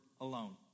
alone